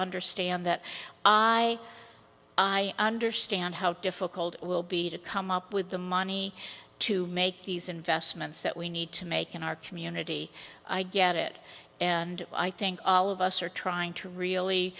understand that i i understand how difficult it will be to come up with the money to make these investments that we need to make in our community i get it and i think all of us are trying to really